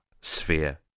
sphere